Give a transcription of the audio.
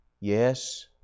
yes